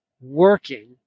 working